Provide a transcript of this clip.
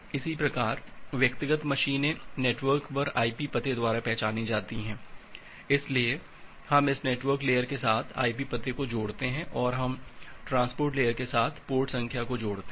इसी प्रकार व्यक्तिगत मशीनें नेटवर्क पर आईपी पते द्वारा पहचानी जाती हैं इसलिए हम इस नेटवर्क लेयर के साथ आईपी पते को जोड़ते हैं और हम ट्रांसपोर्ट लेयर के साथ पोर्ट संख्या को जोड़ते हैं